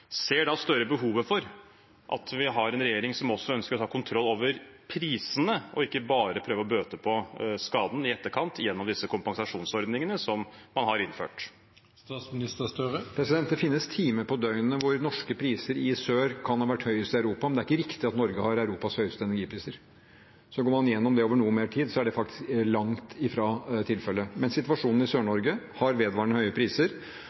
ser Støre behovet for at vi har en regjering som også ønsker å ta kontroll over prisene og ikke bare prøver å bøte på skadene i etterkant, gjennom kompensasjonsordningene man har innført? Det finnes timer på døgnet når norske priser i sør kan ha vært høyest i Europa, men det er ikke riktig at Norge har Europas høyeste energipriser. Går man igjennom det over noe lengre tid, er det langt fra tilfellet. Men situasjonen i Sør-Norge er at man har vedvarende høye priser.